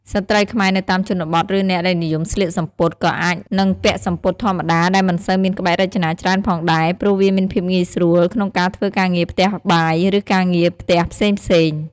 ស្ត្រីខ្មែរនៅតាមជនបទ ឬអ្នកដែលនិយមស្លៀកសំពត់ ក៏អាចនឹងពាក់សំពត់ធម្មតាដែលមិនសូវមានក្បាច់រចនាច្រើនផងដែរ ព្រោះវាមានភាពងាយស្រួលក្នុងការធ្វើការងារផ្ទះបាយ ឬការងារផ្ទះផ្សេងៗ។